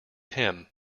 him